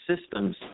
systems